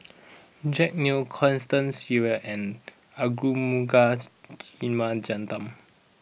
Jack Neo Constance Sheares and Arumugam Vijiaratnam